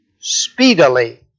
speedily